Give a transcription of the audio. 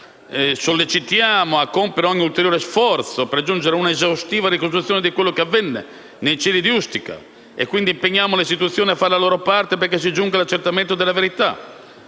sollecitava «a compiere ogni ulteriore sforzo (...) per giungere ad una esaustiva ricostruzione di quello che avvenne nei cieli di Ustica» e impegnava «tutte le istituzioni a fare la loro parte perché si giunga all'accertamento della verità».